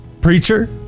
preacher